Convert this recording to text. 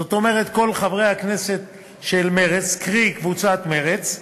זאת אומרת כל חברי הכנסת של מרצ, קרי קבוצת מרצ,